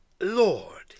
Lord